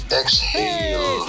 exhale